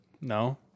No